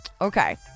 Okay